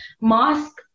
mask